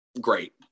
Great